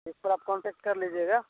इस पर आप कॉन्टैक्ट कर लीजिएगा